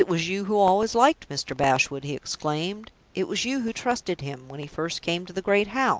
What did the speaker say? it was you who always liked mr. bashwood! he exclaimed. it was you who trusted him, when he first came to the great house!